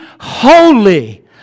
holy